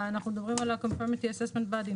אנחנו מדברים על ה- Conformity Assessment Body,